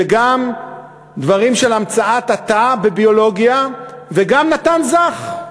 וגם דברים של המצאת התא בביולוגיה, וגם נתן זך.